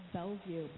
Bellevue